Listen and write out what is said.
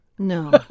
No